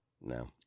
No